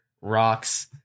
rocks